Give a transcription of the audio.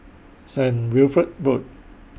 Saint Wilfred Road